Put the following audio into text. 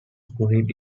buried